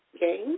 gain